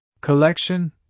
Collection